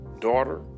daughter